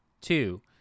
two